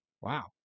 Wow